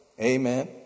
Amen